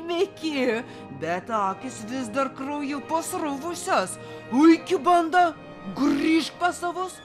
myki bet akys vis dar krauju pasruvusios puiki banda grįšk pas savus